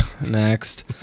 next